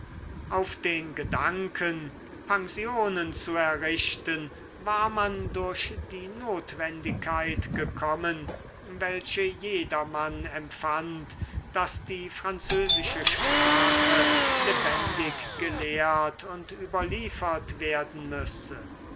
auf den gedanken pensionen zu errichten war man durch die notwendigkeit gekommen welche jedermann empfand daß die französische sprache lebendig gelehrt und überliefert werden müsse